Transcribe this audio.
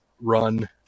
run